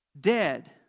dead